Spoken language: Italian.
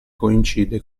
coincide